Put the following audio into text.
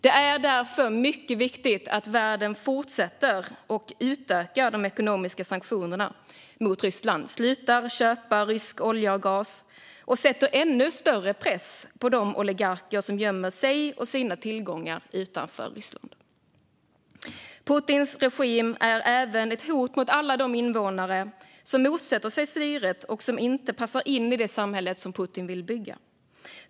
Det är därför mycket viktigt att världen fortsätter och utökar de ekonomiska sanktionerna mot Ryssland, slutar att köpa rysk olja och gas och sätter ännu större press på de oligarker som gömmer sig och sina tillgångar utanför Ryssland. Putins regim är även ett hot mot alla de invånare som motsätter sig styret och som inte passar in i det samhälle som Putin vill bygga.